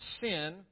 sin